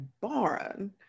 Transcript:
barn